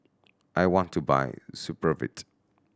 I want to buy Supravit